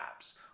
apps